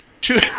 Two